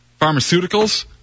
pharmaceuticals